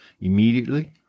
immediately